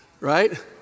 right